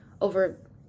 over